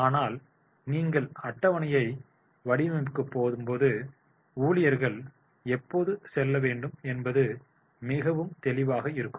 ஆனால் நாங்கள் அட்டவணையை வடிவமைக்கும்போது ஊழியர்கள் எப்போது செல்ல வேண்டும் என்பது மிகவும் தெளிவாக இருக்கும்